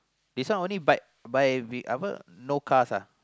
this one only bike buy we apa no cars ah